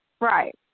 right